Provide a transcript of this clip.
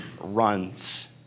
runs